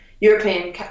European